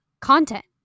content